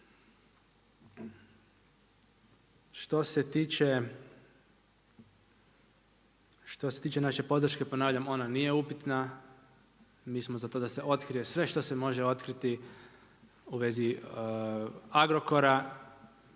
Što se tiče naše podrške ponavljam ona nije upitna. Mi smo za to da se otkrije sve što se može otkriti u vezi Agrokora.